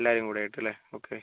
എല്ലാവരും കൂടെ ആയിട്ടല്ലേ ഓക്കെ